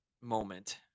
moment